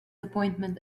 appointment